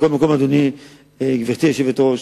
מכל מקום, גברתי היושבת-ראש,